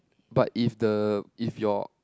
but if the if your